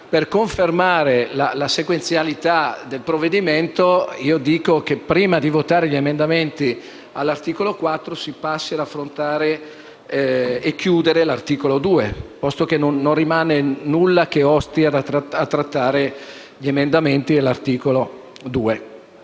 per confermare la sequenzialità del provvedimento, propongo che prima di votare gli emendamenti all'articolo 4 si ritorni ad affrontare, concludendolo, l'articolo 2, posto che non rimane nulla che osti a trattare gli emendamenti presentati all'articolo 2.